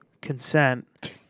consent